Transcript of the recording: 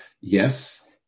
yes